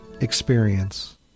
Experience